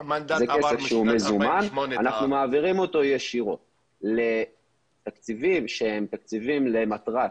זה כסף מזומן שאנחנו מעבירים ישירות לתקציבים למטרות